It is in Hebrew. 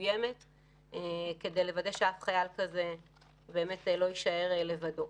מסוימת כדי לוודא שאף חייל כזה לא יישאר לבדו.